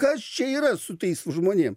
kas čia yra su tais žmonėm